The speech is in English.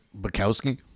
Bukowski